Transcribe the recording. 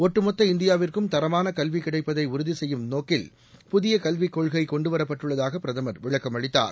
ஒட்டுமொத்த இந்தியாவிற்கும் தரமான கல்வி கிடைப்பதை உறுதி செய்யும் நோக்கில் புதிய கல்விக்கொள்கை கொண்டுவரப்பட்டுள்ளதாக பிரதமர் விளக்கமளித்தார்